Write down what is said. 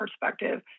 perspective